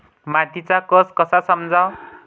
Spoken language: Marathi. मातीचा कस कसा समजाव?